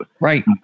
right